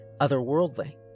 otherworldly